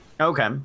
Okay